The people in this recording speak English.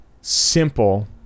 simple